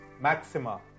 Maxima